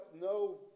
no